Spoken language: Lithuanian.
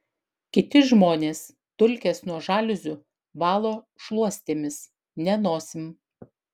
kiti žmonės dulkes nuo žaliuzių valo šluostėmis ne nosim